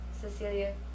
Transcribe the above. Cecilia